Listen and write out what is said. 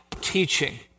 teaching